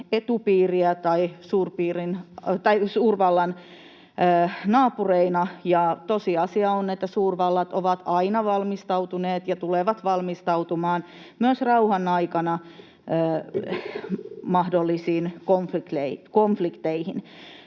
etupiiriä, tai suurvallan naapureina, ja tosiasia on, että suurvallat ovat aina valmistautuneet ja tulevat valmistautumaan myös rauhan aikana mahdollisiin konflikteihin.